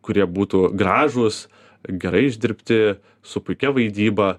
kurie būtų gražūs gerai išdirbti su puikia vaidyba